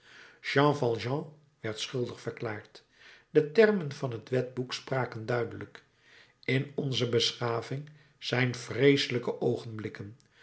jean valjean werd schuldig verklaard de termen van het wetboek spraken duidelijk in onze beschaving zijn vreeselijke oogenblikken